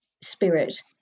spirit